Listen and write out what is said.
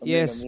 Yes